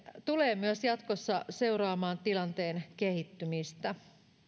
tulee myös jatkossa seuraamaan tilanteen kehittymistä